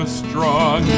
strong